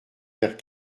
vers